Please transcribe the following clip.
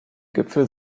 gipfel